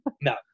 No